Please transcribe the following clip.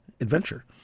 adventure